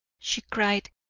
she cried.